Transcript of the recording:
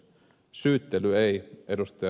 syyttely ei ed